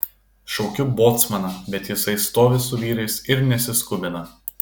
šaukiu bocmaną bet jisai stovi su vyrais ir nesiskubina